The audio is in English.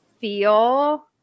feel